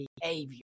behavior